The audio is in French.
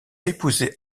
épousé